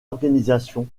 organisation